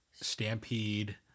Stampede